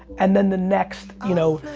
and then the next, you know,